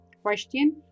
question